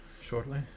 shortly